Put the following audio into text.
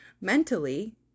Mentally